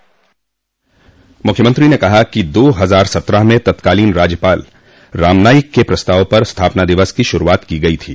मुख्यमंत्री ने कहा कि दो हजार सत्रह में तत्कालीन राज्यपाल रामनाइक के प्रस्ताव पर स्थापना दिवस की शुरूआत की गई थी